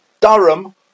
Durham